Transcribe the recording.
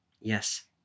Yes